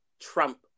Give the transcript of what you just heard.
trump